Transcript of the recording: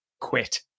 quit